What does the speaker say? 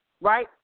right